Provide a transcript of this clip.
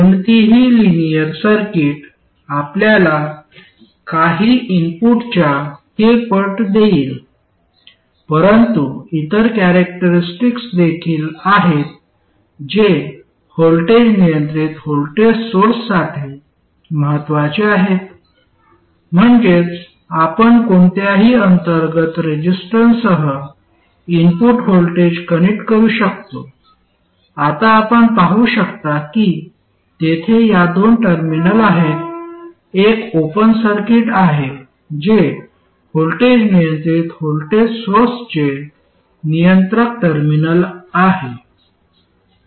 कोणतीही linear circuit आपल्याला काही इनपुटच्या k पट देईल परंतु इतर कॅरॅक्टरिस्टिक्स देखील आहेत जे व्होल्टेज नियंत्रित व्होल्टेज सोर्स साठी महत्त्वाचे आहेत म्हणजेच आपण कोणत्याही अंतर्गत रेसिस्टन्ससह इनपुट व्होल्टेज कनेक्ट करू शकतो आता आपण पाहू शकता की तेथे या दोन टर्मिनल दरम्यान एक ओपन सर्किट आहे जे व्होल्टेज नियंत्रित व्होल्टेज सोर्सचे नियंत्रक टर्मिनल आहे